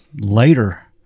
later